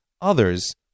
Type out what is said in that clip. others